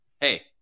Hey